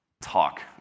talk